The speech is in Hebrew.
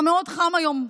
היה מאוד חם היום,